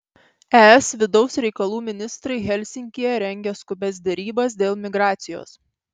es vidaus reikalų ministrai helsinkyje rengia skubias derybas dėl migracijos